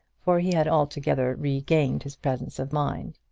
for he had altogether regained his presence of mind.